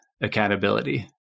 accountability